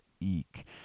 eek